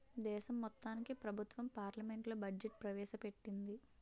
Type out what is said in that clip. దేశం మొత్తానికి ప్రభుత్వం పార్లమెంట్లో బడ్జెట్ ప్రవేశ పెట్టింది